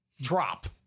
drop